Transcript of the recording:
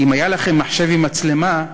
אם היה לכם מחשב עם מצלמה,